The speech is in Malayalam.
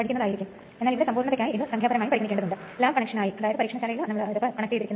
അതിനാൽ ഇതാണ് കാര്യം സിംഗിൾ ഫേസ് ട്രാൻസ്ഫോർമർലേക് നമുക്ക് കടക്കാം